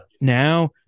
now